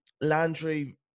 Landry